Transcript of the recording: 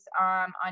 on